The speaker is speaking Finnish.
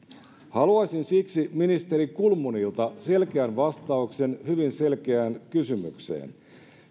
haluaisin siksi ministeri kulmunilta selkeän vastauksen hyvin selkeään kysymykseen